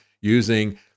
using